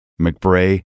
McBray